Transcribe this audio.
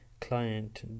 client